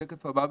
שקף הבא.